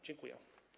Dziękuję.